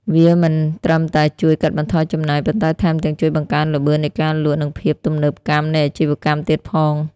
វាមិនត្រឹមតែជួយកាត់បន្ថយចំណាយ ប៉ុន្តែថែមទាំងជួយបង្កើនល្បឿននៃការលក់ និងភាពទំនើបកម្មនៃអាជីវកម្មទៀតផង។